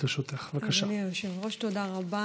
אדוני היושב-ראש, תודה רבה.